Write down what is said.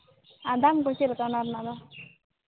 ᱟᱨ ᱫᱟᱢ ᱫᱚ ᱪᱮᱫᱞᱮᱠᱟ ᱚᱱᱟ ᱨᱮᱱᱟᱜ ᱫᱚ